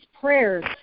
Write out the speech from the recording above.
prayers